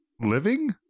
living